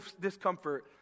discomfort